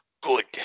good